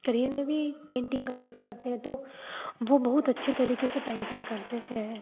career में भी painting का यूज़ करते हैं तो वो बहुत अच्छी तरीक़े से पेंटिंग करते हैं